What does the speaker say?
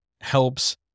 helps